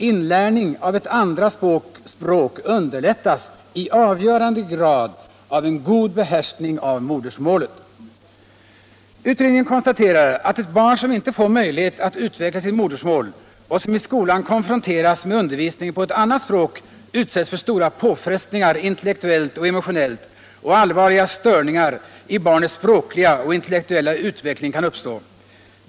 Inlärning av ett andra språk underlättas i avgörande grad av en god behärskning av modersmålet. Utredningen konstaterar att ett barn som inte får möjlighet att utveckla sitt modersmål och som i skolan konfronteras med undervisning på ett annat språk utsätts för stora påfrestningar intellektuellt och emotionellt, och allvarliga störningar i barnets språkliga och intellektuella utveckling kan uppstå.